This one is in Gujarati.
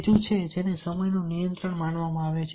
ત્રીજું છે જેને સમયનું નિયંત્રણ માનવામાં આવે છે